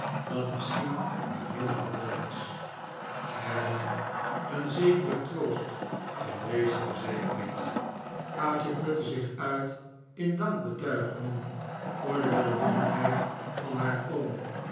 dat misschien maar heel gewoon is er lag een zekere troost in deze verzekering kaatje putte zich uit in dankbetuigingen voor de welwillendheid van haar oom